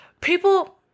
people